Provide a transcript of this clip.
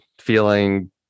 feeling